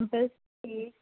ਦੱਸੀ ਏ